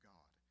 God